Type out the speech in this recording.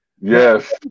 Yes